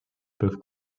peuvent